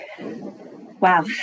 Wow